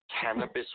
cannabis